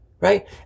right